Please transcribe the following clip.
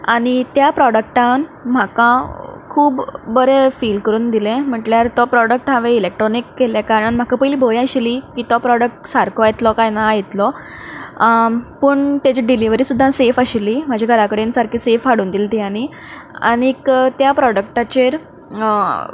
आनी त्या प्रॉडक्टान म्हाका खूब बरें फील करून दिलें म्हणल्यार तो प्रॉडक्ट हांवें इलॅक्ट्रोनीक केल्ल्या कारणान म्हाका पयलीं भंय आशिल्लो की तो प्रॉडक्ट सारको येतलो काय ना येतलो पूण ताजी डिलिवरी सुद्दां सेफ आशिल्ली म्हज्या घरा कडेन सारको सेफ हाडून दिलो तांणी आनी त्या प्रॉडक्टाचेर